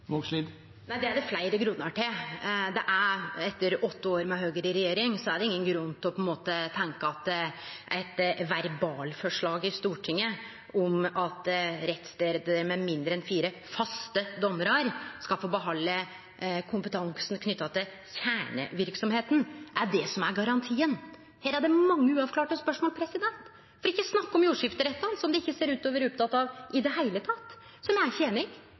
Det er det fleire grunnar til. Etter åtte år med Høgre i regjering er det ingen grunn til å tenkje at eit verbalforslag i Stortinget om at rettsstader med færre enn fire faste dommarar skal få behalde kompetansen knytt til kjerneverksemda, er det som er garantien. Her er det mange uavklarte spørsmål – for ikkje å snakke om jordskifterettane, som Framstegspartiet ikkje ser ut til å vere opptekne av i det heile tatt. Så me er